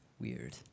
Weird